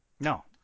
No